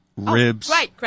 Ribs